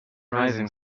rising